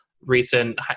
recent